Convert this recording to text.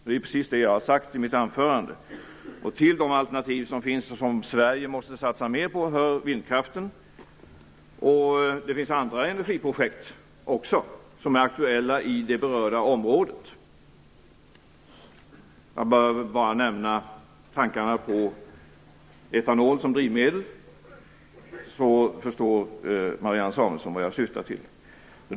Det är precis det jag har sagt i mitt anförande. Till de alternativ som finns, och som Sverige måste satsa mer på, hör vindkraften. Det finns också andra energiprojekt som är aktuella i det berörda området. Jag behöver bara nämna tankarna på etanol som drivmedel så förstår Marianne Samuelsson vad jag syftar till.